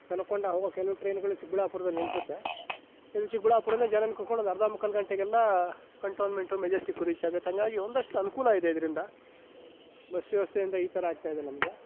ಪೆನುಕೊಂಡಾ ಹೋಗೊ ಕೆಲವು ಟ್ರೈನ್ಗಳು ಚಿಕ್ಕಬಳ್ಳಾಪುರದಲ್ಲಿ ನಿಲ್ಲಿಸುತ್ತೆ ಇಲ್ಲಿ ಚಿಕ್ಕಬಳ್ಳಾಪುರದಲ್ಲಿ ಜನರನ್ನು ಕರ್ಕೊಂಡು ಹೋಗಿ ಅರ್ಧ ಮುಕ್ಕಾಲು ಗಂಟೆಗೆಲ್ಲ ಕಂಟೋನ್ಮೆಂಟು ಮೆಜೆಸ್ಟಿಕ್ಕು ರೀಚ್ ಆಗುತ್ತೆ ಹಾಗಾಗಿ ಒಂದಷ್ಟು ಅನುಕೂಲ ಇದೆ ಇದರಿಂದ ಬಸ್ ವ್ಯವಸ್ಥೆಯಿಂದ ಈ ಥರ ಆಗ್ತಾಯಿದೆ ನಮಗೆ